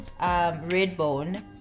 Redbone